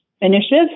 initiative